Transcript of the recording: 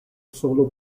solo